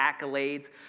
accolades